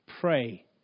pray